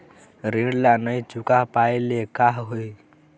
ऋण ला नई चुका पाय ले का होही?